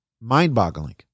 mind-boggling